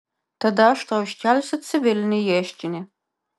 tada aš tau iškelsiu civilinį ieškinį